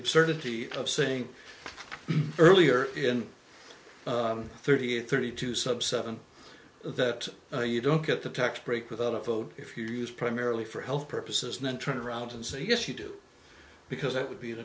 absurdity of saying earlier in thirty eight thirty two subsequent that you don't get the tax break without a vote if you use primarily for health purposes and then turn around and say yes you do because it would be an